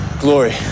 Glory